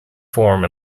form